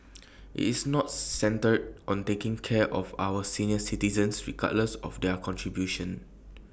it's not centred on taking care of our senior citizens regardless of their contribution